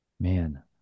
Man